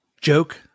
joke